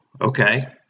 okay